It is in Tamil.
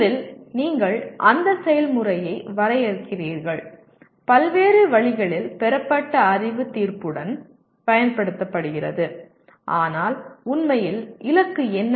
முதலில் நீங்கள் அந்த செயல்முறையை வரையறுக்கிறீர்கள் பல்வேறு வழிகளில் பெறப்பட்ட அறிவு தீர்ப்புடன் பயன்படுத்தப்படுகிறது ஆனால் உண்மையில் இலக்கு என்ன